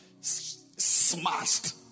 smashed